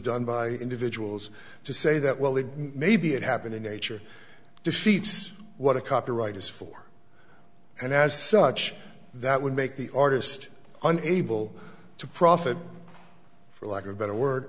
done by individuals to say that while it may be it happened in nature defeats what a copyright is for and as such that would make the artist unable to profit for lack of better word